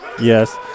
Yes